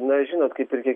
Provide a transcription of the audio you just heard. na žinot kaip ir kiek